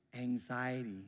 anxiety